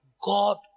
God